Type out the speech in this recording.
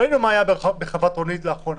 ראינו מה היה לאחרונה בחוות רונית וכולי,